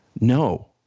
No